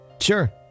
Sure